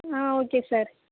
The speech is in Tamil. ah okay sir